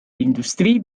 industrie